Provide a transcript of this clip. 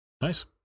Nice